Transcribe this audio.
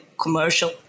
commercial